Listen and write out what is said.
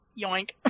yoink